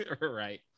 Right